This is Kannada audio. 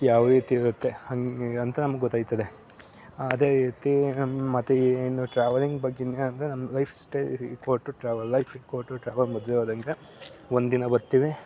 ಯಾವ ರೀತಿ ಇರುತ್ತೆ ಹಾಗೆ ಅಂತ ನಮ್ಗೆ ಗೊತ್ತಾಯ್ತದೆ ಅದೇ ರೀತಿ ನಮ್ಮ ಮತ್ತೆ ಏನು ಟ್ರಾವಲಿಂಗ್ ಬಗ್ಗೆಯೇ ಅಂದರೆ ನಮ್ಮ lifestyle equal to travel life equal to travel ಮೊದಲೇ ಹೇಳ್ದಂತೆ ಒಂದಿನ ಬರ್ತೀವಿ